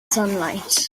sunlight